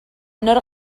nor